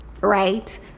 Right